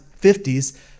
50s